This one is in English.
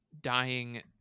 dying